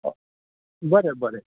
बरें बरें